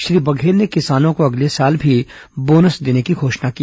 श्री बघेल ने किसानों को अगले साल भी बोनस देने की घोषणा की